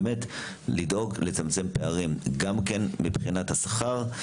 באמת לדאוג לצמצם פערים גם מבחינת השכר,